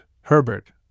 Herbert